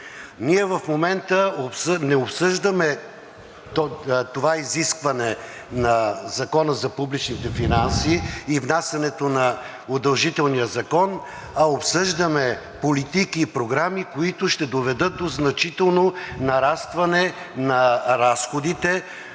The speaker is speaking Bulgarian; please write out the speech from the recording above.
Ние в момента не обсъждаме това изискване на Закона за публичните финанси и внасянето на удължителния закон, а обсъждаме политики и програми, които ще доведат до значително нарастване на разходите